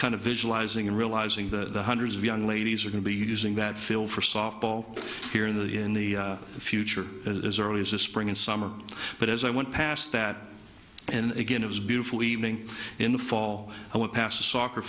kind of visualizing and realizing that hundreds of young ladies are going to be using that field for softball here in the in the future as early as the spring and summer but as i went past that and again it was beautiful evening in the fall and we passed a soccer